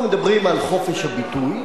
אנחנו מדברים על חופש הביטוי,